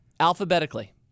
alphabetically